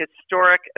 historic